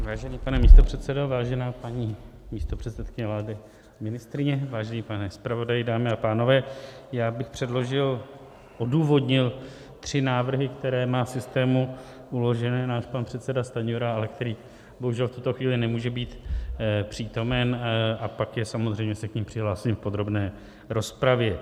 Vážený pane místopředsedo, vážená paní místopředsedkyně vlády a ministryně, vážený pane zpravodaji, dámy a pánové, já bych předložil a odůvodnil tři návrhy, které má v systému uložené náš pan předseda Stanjura, který bohužel v této chvíli nemůže být přítomen, a pak se samozřejmě k nim přihlásím v podrobné rozpravě.